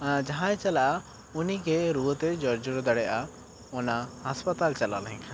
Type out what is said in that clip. ᱡᱟᱦᱟᱸᱭ ᱪᱟᱞᱟᱜᱼᱟ ᱩᱱᱤ ᱜᱮ ᱨᱩᱣᱟᱹ ᱛᱮ ᱡᱚᱨᱡᱚᱲᱚ ᱫᱟᱲᱮᱭᱟᱜᱼᱟᱭ ᱚᱱᱟ ᱦᱟᱥᱯᱟᱛᱟᱞ ᱪᱟᱞᱟ ᱞᱮᱱ ᱠᱷᱟᱱ